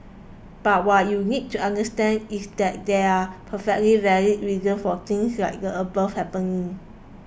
but what you need to understand is that there are perfectly valid reasons for things like the above happening